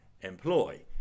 employ